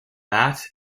that